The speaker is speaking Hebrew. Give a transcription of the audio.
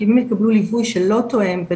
כי אם הם יקבלו ליווי שלא תואם,